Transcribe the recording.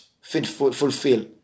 fulfill